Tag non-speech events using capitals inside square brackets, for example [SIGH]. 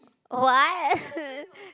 oh what [LAUGHS]